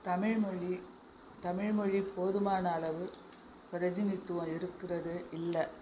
தமிழ்மொழி தமிழ்மொழி போதுமான அளவு பிரதிநிதித்துவம் இருக்கிறது இல்லை